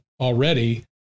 already